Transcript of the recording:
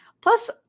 Plus